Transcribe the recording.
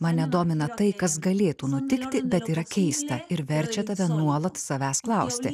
mane domina tai kas galėtų nutikti bet yra keista ir verčia tave nuolat savęs klausti